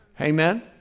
Amen